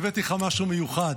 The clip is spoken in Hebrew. הבאתי לך משהו מיוחד,